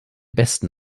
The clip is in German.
besten